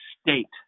state